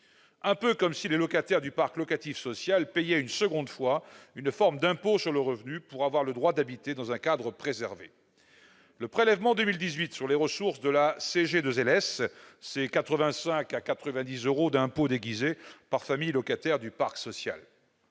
Un peu comme si les locataires du parc locatif social payaient une seconde fois une forme d'impôt sur le revenu pour avoir le droit d'habiter dans un cadre préservé ... Le prélèvement de 2018 sur les ressources de la Caisse de garantie du logement locatif social, c'est 85 à 90 euros d'impôt déguisé par famille locataire du parc social